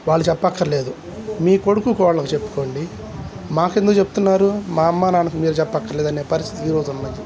వాళ్ళు చెప్పక్కర్లేదు మీ కొడుకు కోడలికి చెప్పుకోండి మాకెందుకు చెబుతున్నారు మా అమ్మ నాన్న మీరు చెప్పనక్కర లేదనే పరిస్థితి రోజు ఉన్నది